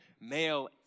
male